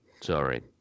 sorry